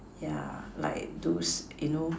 yeah like those you know